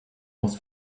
was